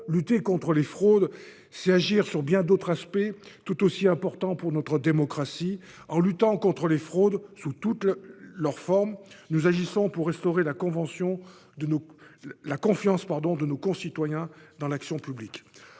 lutter contre les fraudes, c'est agir sur bien d'autres aspects tout aussi importants pour notre démocratie. En luttant contre les fraudes sous toutes leurs formes, nous agissons pour restaurer la confiance de nos concitoyens dans l'action publique.